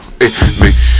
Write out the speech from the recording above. Make